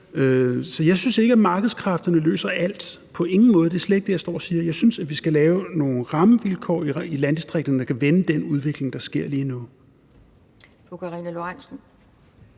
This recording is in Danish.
er slet ikke det, jeg står og siger. Jeg synes, at vi skal lave nogle rammevilkår i landdistrikterne, der kan vende den udvikling,